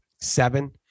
seven